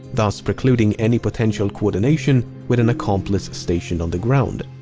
thus, precluding any potential coordination with an accomplice stationed on the ground.